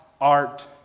art